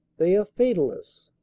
they are fatalists.